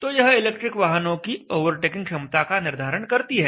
तो यह इलेक्ट्रिक वाहनों की ओवरटेकिंग क्षमता का निर्धारण करती है